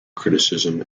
criticism